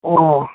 ও